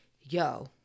yo